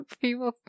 people